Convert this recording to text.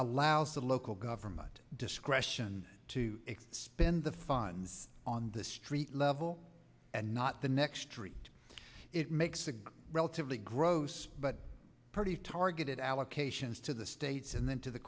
llows the local government discretion to spend the funds on the street level and not the next street it makes a relatively gross but pretty targeted allocations to the states and then to the